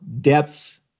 depths